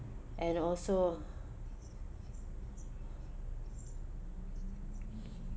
and also